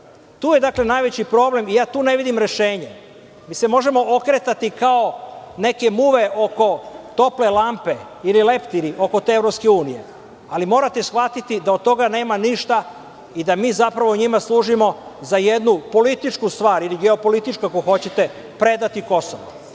Tu je najveći problem i tu ne vidim rešenje. Mi se možemo okretati kao neke muve oko tople lampe ili leptiri oko te EU, ali morate shvatiti da od toga nema ništa i da mi zapravo njima služimo za jednu političku stvar ili geopolitičku, ako hoćete, predati Kosovo. Na